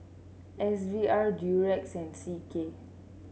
S V R Durex and C K